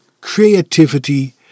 creativity